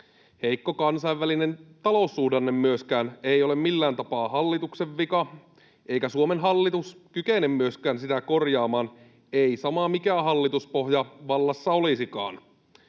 Heikko kansainvälinen taloussuhdanne myöskään ei ole millään tapaa hallituksen vika, eikä Suomen hallitus kykene myöskään sitä korjaamaan — ihan sama, mikä hallituspohja vallassa olisikaan.